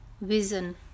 vision